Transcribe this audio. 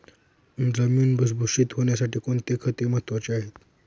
जमीन भुसभुशीत होण्यासाठी कोणती खते महत्वाची आहेत?